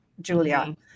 julia